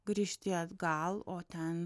grįžti atgal o ten